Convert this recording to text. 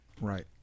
Right